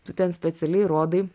tu ten specialiai rodai